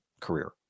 career